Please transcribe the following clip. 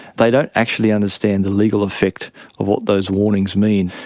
they don't actually understand the legal effect of what those warnings mean.